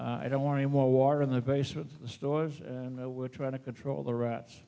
i don't want any more water in the basement stores and i would try to control the rats